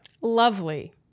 lovely